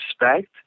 respect